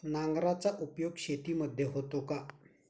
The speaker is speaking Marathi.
नांगराचा उपयोग शेतीमध्ये होतो का?